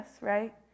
right